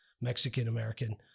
Mexican-American